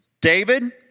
David